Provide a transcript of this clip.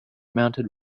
mounted